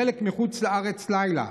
בחלק מחוץ לארץ לילה.